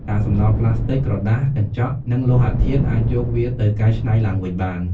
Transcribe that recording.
កាកសំណល់ប្លាស្ទិក ក្រដាស កញ្ចក់ និងលោហៈធាតុ អាចយកវាទៅកែច្នៃឡើងវិញបាន។